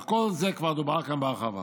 על כל זה כבר דובר באן בהרחבה.